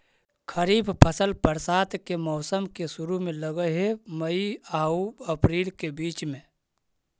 खरीफ फसल बरसात के मौसम के शुरु में लग हे, मई आऊ अपरील के बीच में